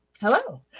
Hello